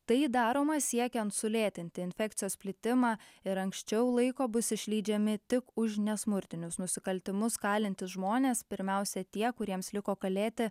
tai daroma siekiant sulėtinti infekcijos plitimą ir anksčiau laiko bus išleidžiami tik už nesmurtinius nusikaltimus kalintys žmonės pirmiausia tie kuriems liko kalėti